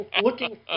looking